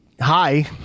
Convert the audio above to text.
hi